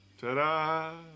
Ta-da